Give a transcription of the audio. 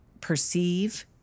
perceive